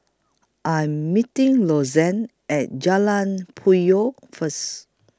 I'm meeting At Jalan Puyoh First